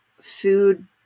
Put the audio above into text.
food